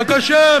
בבקשה.